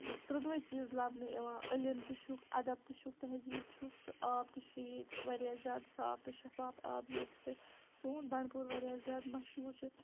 ترٛٮ۪نؤے چیٖز لَبنہٕ یِوان علم تہِ چھُکھ اَدَب تہِ چھُکھ تہزیٖب چھُکھ تہٕ آب تہِ چھِ ییٚتہِ واریاہ زیادٕ صاف تہٕ شَفاف آب ییٚمہِ سۭتۍ سون بنٛڈپوٗر واریاہ زیادٕ مشہوٗر چھِ